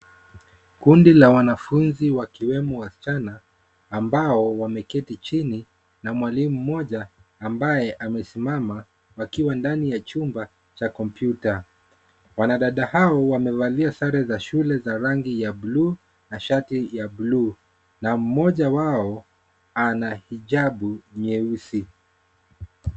Kundi la wanafunzi wakiwemo wasichana ambao wameketi chini na mwalimu mmoja ambaye amesimama wakiwa ndani ya chumba cha kompyuta. Wanadada hao wamevalia sare za shule za rangi ya buluu na shati ya buluu, na mmoja wao ana hijabu nyeusi.